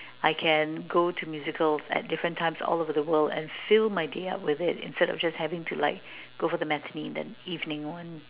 I can go to musicals at different times all over the world and fill my day up with it instead of just having to like go for the matinee and then evening one